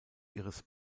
ihres